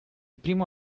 primo